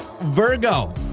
Virgo